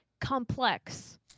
complex